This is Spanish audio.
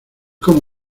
como